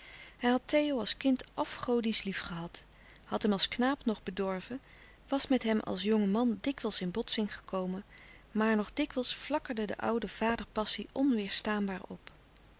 theo als kind afgodisch liefgehad had hem als knaap nog bedorven was met hem als jonge man dikwijls in botsing gekomen maar nog dikwijls flakkerde de oude vaderpassie onweêrstaanbaar op